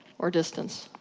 or distance.